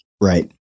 right